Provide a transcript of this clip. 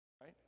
right